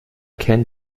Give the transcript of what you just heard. kennt